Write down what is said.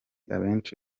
abenshi